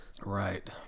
Right